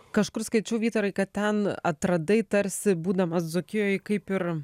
kažkur skaičiau vytarai kad ten atradai tarsi būdamas dzūkijoj kaip ir